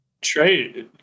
Trey